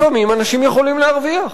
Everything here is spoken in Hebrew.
לפעמים אנשים יכולים להרוויח,